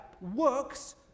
works